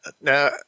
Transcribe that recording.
Now